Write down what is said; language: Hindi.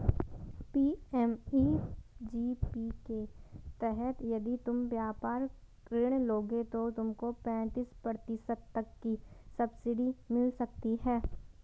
पी.एम.ई.जी.पी के तहत यदि तुम व्यापार ऋण लोगे तो तुमको पैंतीस प्रतिशत तक की सब्सिडी मिल सकती है